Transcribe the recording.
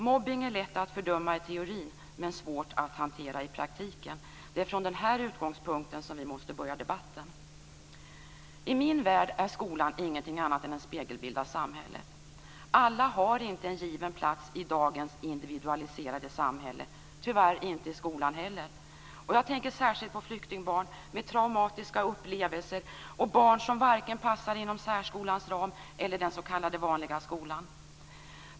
Mobbning är lätt att fördöma i teorin, men svårt att hantera i praktiken. Det är från den utgångspunkten vi måste börja debatten. I min värld är skolan ingenting annat än en spegelbild av samhället. Alla har inte en given plats i dagens individualiserade samhälle, tyvärr heller inte i skolan. Jag tänker särskilt på flyktingbarn med traumatiska upplevelser och barn som varken passar inom särskolans ram eller i den s.k. vanliga skolan.